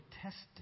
tested